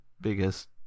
biggest